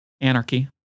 anarchy